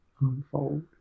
unfold